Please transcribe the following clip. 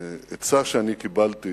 עצה שאני קיבלתי